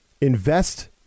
invest